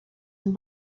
and